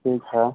ठीक है